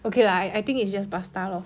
okay lah I think it's just pasta lor